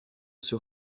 sur